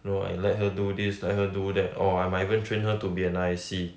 know I let her do this let her do that or I might even train her to be an I_C